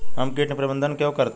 हम कीट प्रबंधन क्यों करते हैं?